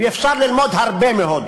ואפשר ללמוד מהודו,